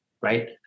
right